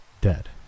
dead